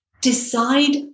Decide